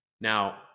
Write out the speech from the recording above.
Now